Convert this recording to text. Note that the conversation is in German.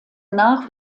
nach